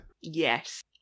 Yes